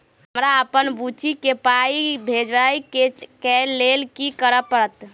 हमरा अप्पन बुची केँ पाई भेजइ केँ लेल की करऽ पड़त?